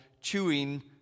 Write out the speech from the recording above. chewing